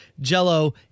Jello